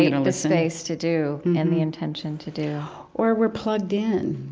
you know the space to do and the intention to do or we're plugged in.